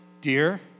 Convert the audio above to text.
Dear